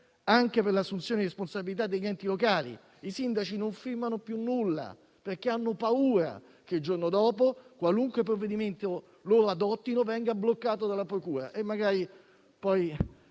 anche per l'assunzione di responsabilità degli enti locali. I sindaci non firmano più nulla, perché hanno paura che il giorno dopo, qualunque provvedimento loro adottino, venga bloccato dalla procura,